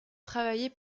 travailler